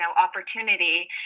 opportunity